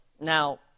Now